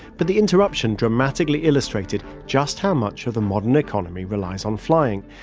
but the interruption dramatically illustrated just how much of the modern economy relies on flying,